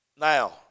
Now